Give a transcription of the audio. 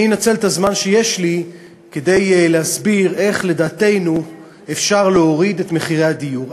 אנצל את הזמן שיש לי כדי להסביר איך לדעתנו אפשר להוריד את מחירי הדיור.